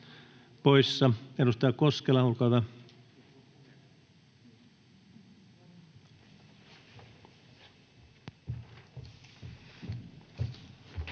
Edustaja Koskela, olkaa hyvä.